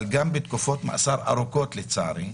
אבל גם בתקופות ממאסר ארוכות, לצערי,